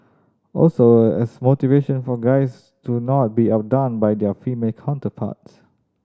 also as motivation for guys to not be outdone by their female counterparts